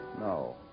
No